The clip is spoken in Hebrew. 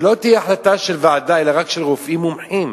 שלא תהיה החלטה של ועדה אלא רק של רופאים מומחים,